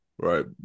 right